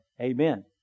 Amen